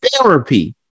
therapy